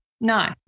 No